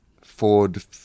Ford